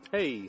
Hey